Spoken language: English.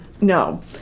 No